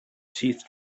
teeth